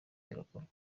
birakorwa